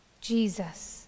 Jesus